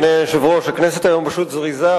הכנסת היום פשוט זריזה,